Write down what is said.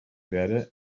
werde